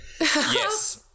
Yes